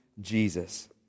Jesus